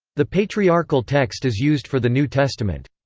the patriarchal text is used for the new testament.